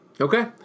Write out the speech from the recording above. Okay